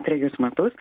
trejus metus